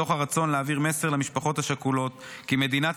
מתוך הרצון להעביר מסר למשפחות השכולות כי מדינת